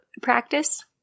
practice